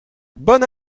bonne